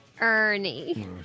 Ernie